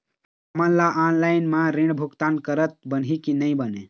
हमन ला ऑनलाइन म ऋण भुगतान करत बनही की नई बने?